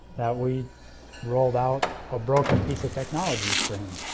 that we rolled out a broken piece of technology for him.